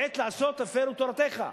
עת לעשות, הפירו תורתך.